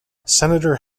senator